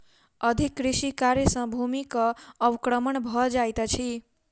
अधिक कृषि कार्य सॅ भूमिक अवक्रमण भ जाइत अछि